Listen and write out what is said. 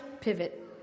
pivot